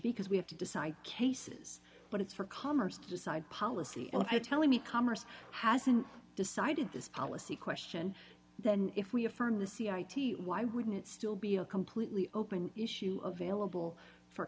because we have to decide cases but it's for commerce to decide policy telling me commerce hasn't decided this policy question then if we affirm the c i t why wouldn't still be a completely open issue of vailable for